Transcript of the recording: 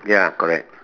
ya correct